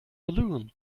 balloon